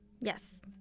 yes